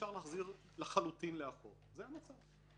אפשר להחזיר לחלוטין לאחור זה המצב.